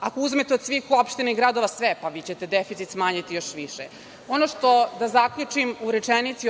ako uzmete od svih opština i gradova sve, pa vi ćete deficit smanjiti još više. Ono što